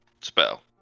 spell